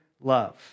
love